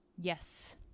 Yes